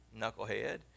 Knucklehead